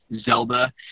Zelda